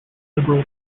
liberal